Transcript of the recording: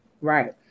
Right